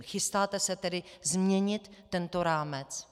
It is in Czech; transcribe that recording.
Chystáte se tedy změnit tento rámec?